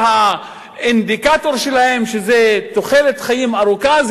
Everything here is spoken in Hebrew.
שהאינדיקטור שלהם תוחלת חיים ארוכה,